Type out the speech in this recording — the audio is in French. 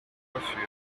coiffure